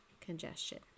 congestion